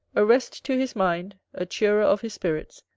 a rest to his mind, a cheerer of his spirits,